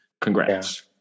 Congrats